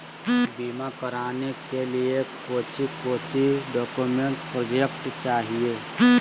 बीमा कराने के लिए कोच्चि कोच्चि डॉक्यूमेंट प्रोजेक्ट चाहिए?